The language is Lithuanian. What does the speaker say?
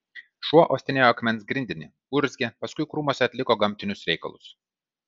šuo uostinėjo akmens grindinį urzgė paskui krūmuose atliko gamtinius reikalus